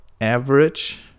average